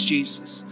Jesus